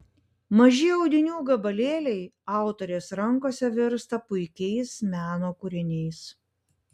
maži audinių gabalėliai autorės rankose virsta puikiais meno kūriniais